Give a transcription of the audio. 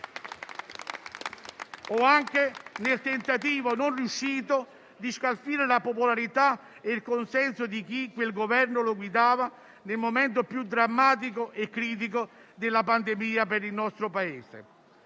o anche nel tentativo, non riuscito, di scalfire la popolarità e il consenso di chi quel Governo lo guidava nel momento più drammatico e critico della pandemia per il nostro Paese.